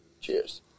cheers